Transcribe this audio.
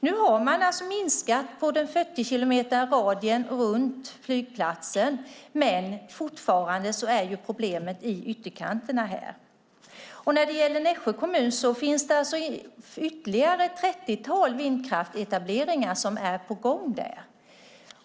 Nu har man minskat på 40-kilometersradien runt flygplatsen, men fortfarande finns problemet i ytterkanterna. I Nässjö kommun är ytterligare ett trettiotal vindkraftsetableringar på gång.